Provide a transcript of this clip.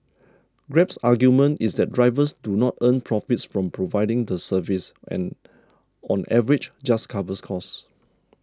Grab's argument is that drivers do not earn profits from providing the service and on average just covers costs